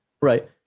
Right